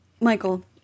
Michael